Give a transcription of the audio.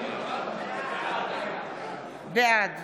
בעד